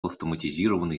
автоматизированный